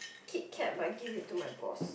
Kit-kat but I give it to my boss